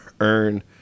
earn